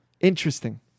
Interesting